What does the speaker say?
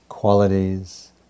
qualities